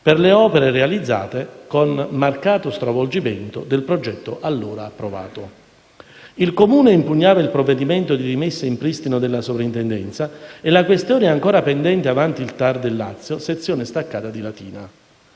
per le opere realizzate (con marcato stravolgimento del progetto allora approvato). Il Comune impugnava il provvedimento di rimessa in pristino della soprintendenza e la questione è ancora pendente avanti il TAR Lazio - sezione staccata di Latina.